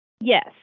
Yes